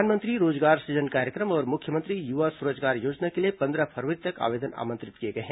प्रधानमंत्री रोजगार सुजन कार्यक्रम और मुख्यमंत्री युवा स्वरोजगार योजना के लिए पंद्रह फरवरी तक आवेदन आमंत्रित किए गए हैं